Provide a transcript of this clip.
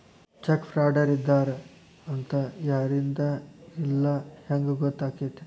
Check ಫ್ರಾಡರಿದ್ದಾರ ಅಂತ ಯಾರಿಂದಾ ಇಲ್ಲಾ ಹೆಂಗ್ ಗೊತ್ತಕ್ಕೇತಿ?